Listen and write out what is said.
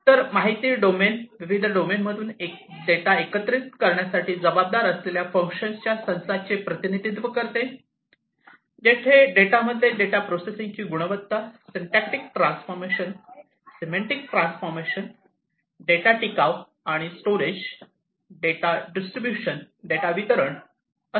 तर माहिती डोमेन विविध डोमेनमधून डेटा एकत्रित करण्यासाठी जबाबदार असलेल्या फंक्शन्सच्या संचाचे प्रतिनिधित्व करते जिथे डेटामध्ये डेटा प्रोसेसिंगची गुणवत्ता syntactic transformation semantic transformation data टिकाव आणि स्टोरेज आणि डेटा वितरण असते